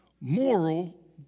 Moral